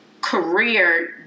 career